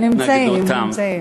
נמצאים, הם נמצאים.